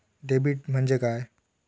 Debit म्हणजे काय?